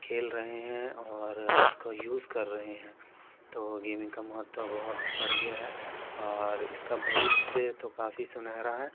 खेल रहें हैं और उसका यूज़ कर रहें हैं तो गेमिंग का महत्व बहुत बढ़ गया है और इसका भविष्य तो काफ़ी सुनेहरा है